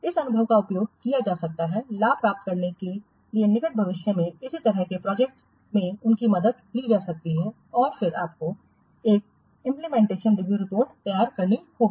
इस अनुभव का उपयोग किया जा सकता है लाभ प्राप्त करने के लिए निकट भविष्य में इसी तरह के प्रोजेक्टस में उनकी मदद ली जा सकती है और फिर आपको एक इंप्लीमेंटेशन रिव्यू रिपोर्ट तैयार करनी होगी